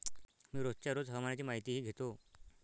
मी रोजच्या रोज हवामानाची माहितीही घेतो